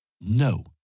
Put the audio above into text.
No